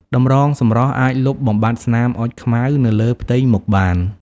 តម្រងសម្រស់អាចលុបបំបាត់ស្នាមអុចខ្មៅនៅលើផ្ទៃមុខបាន។